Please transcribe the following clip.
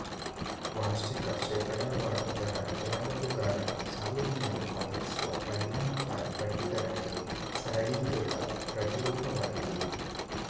ವಾರ್ಷಿಕ ಶೇಕಡಾವಾರು ದರ ಎರವಲುಗಾರನು ಸಾಲದ ಮೇಲೆ ಪಾವತಿಸುವ ಪರಿಣಾಮಕಾರಿ ಬಡ್ಡಿ ದರಕ್ಕೆ ಸರಳೀಕೃತ ಪ್ರತಿರೂಪವಾಗಿದೆ